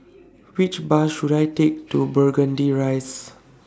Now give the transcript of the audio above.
Which Bus should I Take to Burgundy Rise